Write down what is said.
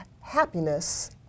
happiness